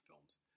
films